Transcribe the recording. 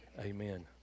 Amen